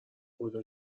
خدا